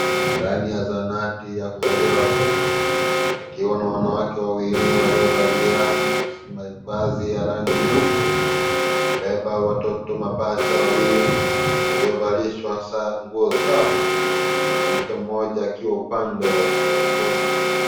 Ndani ya zahanati ya kuzalia watoto wakiwa na wanawake wawili waliovalia mavazi ya rangi nyeupe, wamebeba watoto mapacha wawili waliovalishwa nguo sawa na mwanamke mmoja akiwa upande wa kushoto.